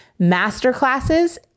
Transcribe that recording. masterclasses